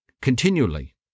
continually